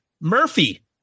Murphy